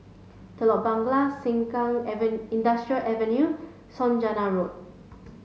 Telok Blangah Sengkang Industrial Avenue Saujana Road